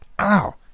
Ow